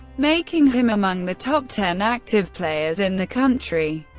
making him among the top ten active players in the country.